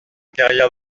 carrière